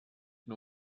für